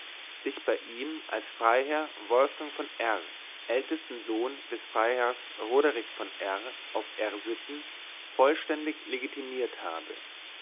sich bei ihm als freiherr wolfgang von r ältesten sohn des freiherrn roderich von r auf r sitten vollständig legitimiert habe